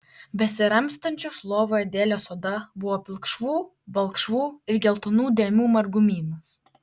besiramstančios lovoje dėlės oda buvo pilkšvų balkšvų ir geltonų dėmių margumynas